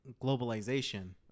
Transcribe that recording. globalization